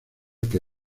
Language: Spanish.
que